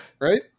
right